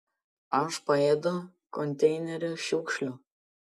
aš paėdu konteinerių šiukšlių